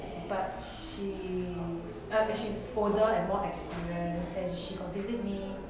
but she ah okay she's older and more experienced and she got visit me